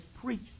preach